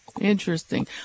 Interesting